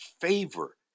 favor